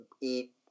eat